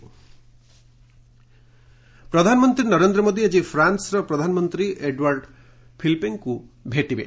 PM France ଆଡ୍ ପ୍ରଧାନମନ୍ତ୍ରୀ ନରେନ୍ଦ୍ର ମୋଦି ଆଜି ଫ୍ରାନ୍ସର ପ୍ରଧାନମନ୍ତ୍ରୀ ଏଡ୍ୱାର୍ଡ ଫିଲିପେଙ୍କୁ ଭେଟିବେ